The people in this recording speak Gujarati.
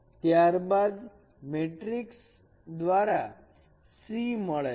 ત્યારબાદ મેટ્રિક્સ દ્વારા C મળે છે